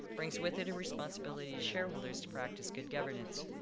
brings with it a responsibility to shareholders to practice good governance.